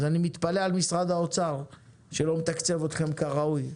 אז אני מתפלא על משרד האוצר שלא מתקצב אתכם כראוי.